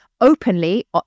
openly